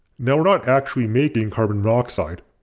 now we're not actually making carbon monoxide,